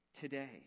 today